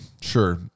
sure